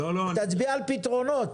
תצביע על פתרונות.